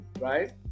right